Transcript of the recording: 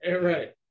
Right